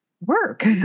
work